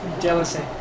Jealousy